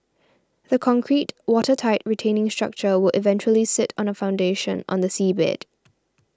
the concrete watertight retaining structure will eventually sit on a foundation on the seabed